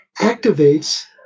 activates